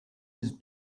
his